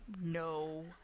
no